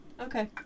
Okay